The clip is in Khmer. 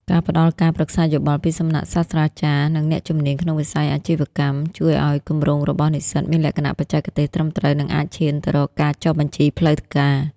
ការផ្ដល់ការប្រឹក្សាយោបល់ ពីសំណាក់សាស្ត្រាចារ្យ និងអ្នកជំនាញក្នុងវិស័យអាជីវកម្ម ជួយឱ្យគម្រោងរបស់និស្សិតមានលក្ខណៈបច្ចេកទេសត្រឹមត្រូវ និងអាចឈានទៅរកការចុះបញ្ជីផ្លូវការ។